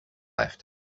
left